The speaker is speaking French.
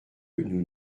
nous